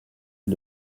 est